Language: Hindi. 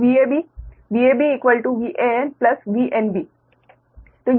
तो VAB VAB VAn VnB है